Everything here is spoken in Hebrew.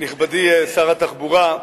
נכבדי שר התחבורה,